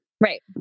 Right